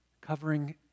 covering